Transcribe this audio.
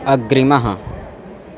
अग्रिमः